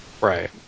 right